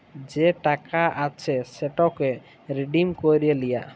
যে টাকা আছে সেটকে রিডিম ক্যইরে লিয়া